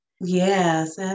Yes